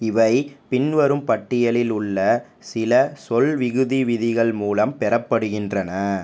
இவை பின்வரும் பட்டியலில் உள்ள சில சொல்விகுதி விதிகள் மூலம் பெறப்படுகின்றன